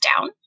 down